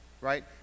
right